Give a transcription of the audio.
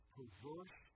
perverse